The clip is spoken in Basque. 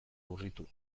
urritu